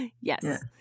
Yes